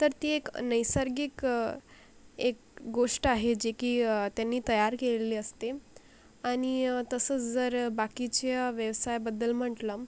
तर ती एक नैसर्गिक एक गोष्ट आहे जे की त्यांनी तयार केलेली असते आणि तसंच जर बाकीच्या व्यवसायाबद्दल म्हटलं